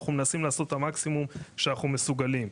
אנחנו מנסים לעשות את המקסימום שאנחנו מסוגלים.